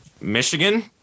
Michigan